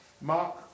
Mark